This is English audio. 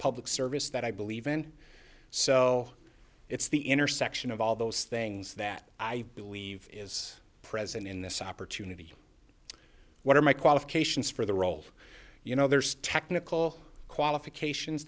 public service that i believe in so it's the intersection of all those things that i believe is present in this opportunity what are my qualifications for the role of you know there's technical qualifications